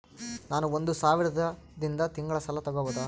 ನಾನು ಒಂದು ಸಾವಿರದಿಂದ ತಿಂಗಳ ಸಾಲ ತಗಬಹುದಾ?